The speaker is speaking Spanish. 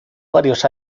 varios